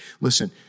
Listen